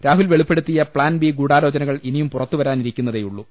രാഹുൽ വെളിപ്പെടുത്തിയ plan B ഗൂഢാ ലോചനകൾ ഇനിയും പുറത്ത് വരാനിരിക്കുന്നതേയുള്ളൂ